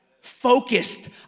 focused